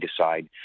decide